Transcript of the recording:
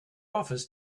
office